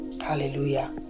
Hallelujah